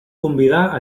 convidar